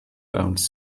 owns